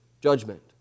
judgment